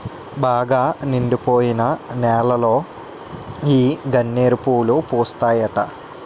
బాగా నిండిపోయిన నేలలో ఈ గన్నేరు పూలు పూస్తాయట